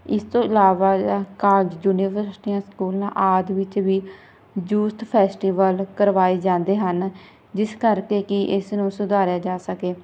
ਇਸ ਤੋਂ ਇਲਾਵਾ ਕਾਲਜ ਯੂਨੀਵਰਸਿਟੀਆਂ ਸਕੂਲਾਂ ਆਦਿ ਵਿੱਚ ਵੀ ਯੂਥ ਫੈਸਟੀਵਲ ਕਰਵਾਏ ਜਾਂਦੇ ਹਨ ਜਿਸ ਕਰਕੇ ਕਿ ਇਸ ਨੂੰ ਸੁਧਾਰਿਆ ਜਾ ਸਕੇ